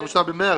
28 במרס.